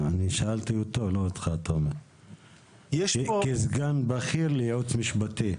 אני שואל אותך כסגן בכיר ליועץ המשפטי,